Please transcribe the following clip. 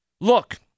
Look